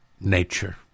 nature